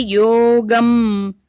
yogam